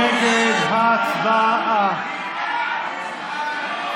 מי בעד הצעת החוק?